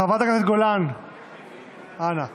חברת הכנסת גולן, אנא.